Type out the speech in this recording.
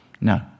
No